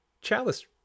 chalice